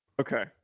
Okay